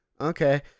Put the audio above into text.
okay